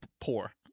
poor